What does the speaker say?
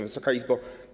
Wysoka Izbo!